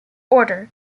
orders